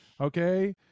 Okay